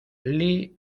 les